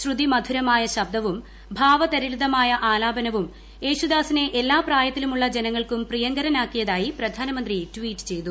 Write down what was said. ശ്രുതി മധുരമായ ശബ്ദവും ഭാവതരളിതമായ ആലാപനവും യേശുദാസിനെ എല്ലാ പ്രായത്തിലുമുള്ള ജനങ്ങൾക്കും പ്രിയങ്കരനാക്കിയതായി പ്രധാനമന്ത്രി ട്വീറ്റ് ചെയ്തു